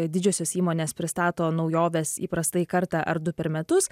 didžiosios įmonės pristato naujoves įprastai kartą ar du per metus